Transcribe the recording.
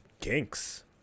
kinks